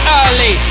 early